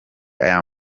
ayo